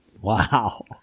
Wow